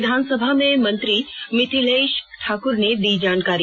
विधानसभा में मंत्री मिथिलेश ठाकुर ने दी जानकारी